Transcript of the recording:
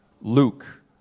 luke